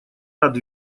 рад